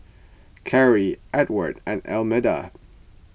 Carri Edward and Almeda